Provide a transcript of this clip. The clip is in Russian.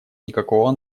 никакого